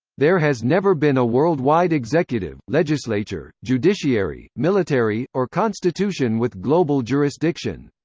there has never been a worldwide executive, legislature, judiciary, military, or constitution with global jurisdiction.